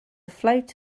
float